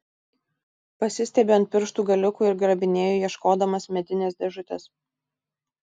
pasistiebiu ant pirštų galiukų ir grabinėju ieškodamas medinės dėžutės